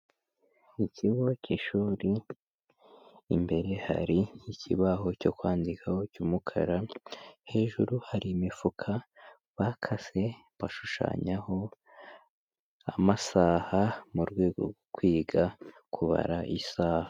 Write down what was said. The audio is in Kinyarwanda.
Mu kigo cy'ishuri imbere hari ikibaho cyo kwandikaho cy'umukara, hejuru hari imifuka bakase bashushanyaho amasaha, mu rwego rwo kwiga kubara isaha.